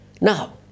Now